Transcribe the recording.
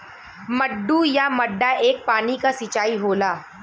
मड्डू या मड्डा एक पानी क सिंचाई होला